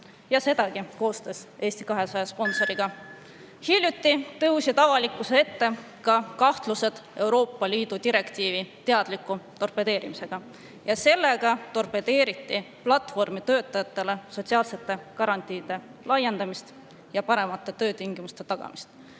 ja sedagi koostöös Eesti 200 sponsoriga. Hiljuti tõusid avalikkuse ette ka kahtlused Euroopa Liidu direktiivi teadliku torpedeerimise kohta, millega torpedeeriti platvormitöötajatele sotsiaalsete garantiide laiendamist ja paremate töötingimuste tagamist.